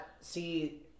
See